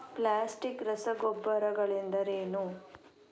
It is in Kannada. ಪ್ಲಾಸ್ಟಿಕ್ ರಸಗೊಬ್ಬರಗಳೆಂದರೇನು?